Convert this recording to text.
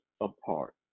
apart